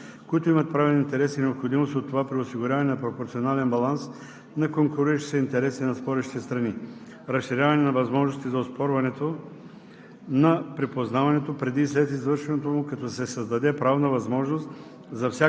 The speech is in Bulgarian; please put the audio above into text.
свързани със: - разширяване на възможностите за оспорване на презумпцията за бащинство от физически лица, които имат правен интерес и необходимост от това при осигуряване на пропорционален баланс на конкуриращите се интереси на спорещите страни;